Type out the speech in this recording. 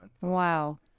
wow